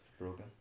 broken